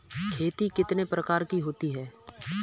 खेती कितने प्रकार की होती है?